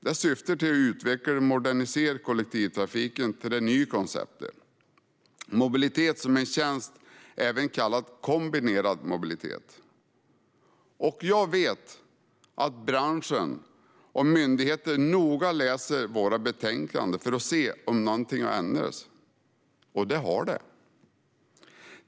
Det syftar till att utveckla och modernisera kollektivtrafiken till det nya konceptet mobilitet som en tjänst, även kallat kombinerad mobilitet. Jag vet att branschen och myndigheter noga läser våra betänkanden för att se om någonting har ändrats, och det har det.